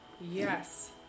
Yes